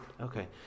okay